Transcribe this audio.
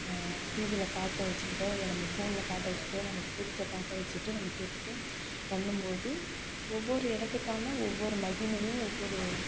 டிவியில் பாட்டை வச்சிக்கிட்டோ இல்லை நம்ம ஃபோனில் பாட்டை வச்சிக்கிட்டோ நமக்கு பிடிச்ச பாட்டை வச்சிக்கிட்டு நம்ம கேட்டுட்டு பண்ணும்போது ஒவ்வொரு இடத்துக்கான ஒவ்வொரு மகிமையும் ஒவ்வொரு